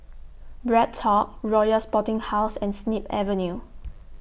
BreadTalk Royal Sporting House and Snip Avenue